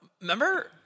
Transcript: Remember